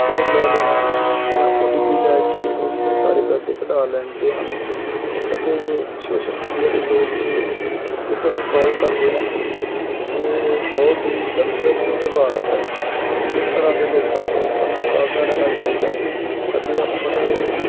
code ਲੈ ਲੈਣਾ ਜਾਂ ਓ ਟੀ ਪੀ ਲੈ ਕੇ ਉਸ ਦੇ ਸਾਰੇ ਪੈਸੇ ਕਢਾ ਲੈਂਦੇ ਹਨ ਅਤੇ ਸੋਸ਼ਲ ਮੀਡੀਆ ਦੇ ਲੋਕ ਜੋ ਕਿਸੇ ਨੂੰ ਟਰੋਲ ਕਰਦੇ ਹਨ ਉਹ ਬਹੁਤ ਹੀ ਗੱਲਤ ਵਿਵਹਾਰ ਹੈ ਇਸ ਤਰ੍ਹਾ ਦੇ ਲੋਕਾਂ ਤੋਂ ਸਾਨੂੰ ਸਾਵਧਾਨ ਰਹਿਣਾ ਚਾਹੀਦਾ ਹੈ ਅਤੇ ਆਪਣੇ